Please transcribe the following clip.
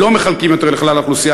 לא מחלקים יותר לכלל האוכלוסייה,